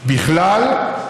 בכלל,